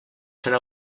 serà